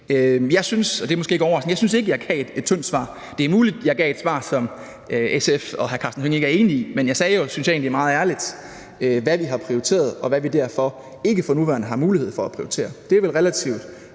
overraskende, at jeg gav et tyndt svar. Det er muligt, jeg gav et svar, som SF og hr. Karsten Hønge ikke er enige i, men jeg sagde jo egentlig meget ærligt, synes jeg, hvad vi har prioriteret, og hvad vi derfor ikke for nuværende har mulighed for at prioritere. Det er vel relativt